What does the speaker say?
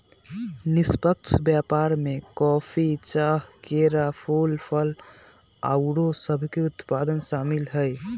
निष्पक्ष व्यापार में कॉफी, चाह, केरा, फूल, फल आउरो सभके उत्पाद सामिल हइ